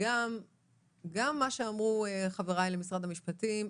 וגם מה שאמרו חבריי למשרד המשפטים.